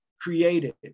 created